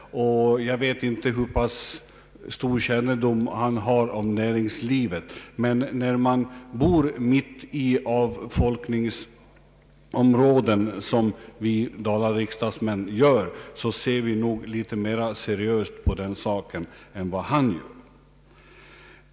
Jag vet inte hur stor kännedom herr Nilsson har om näringslivet, men när man bor mitt i ett avfolkningsområde, som vi Dalariksdagsmän gör, ser man nog litet mera seriöst på saken än herr Nilsson.